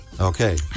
okay